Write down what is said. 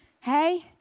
hey